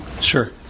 Sure